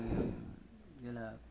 mm